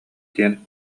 диэн